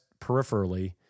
peripherally